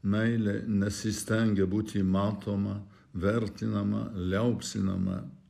meilė nesistengia būti matoma vertinama liaupsinama